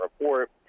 report